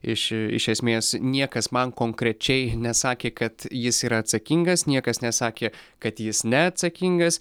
iš iš esmės niekas man konkrečiai nesakė kad jis yra atsakingas niekas nesakė kad jis neatsakingas